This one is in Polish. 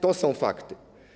To są fakty.